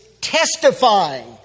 testifying